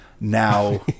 Now